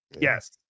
Yes